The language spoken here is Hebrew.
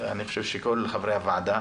ואני חושב שכל חברי הוועדה,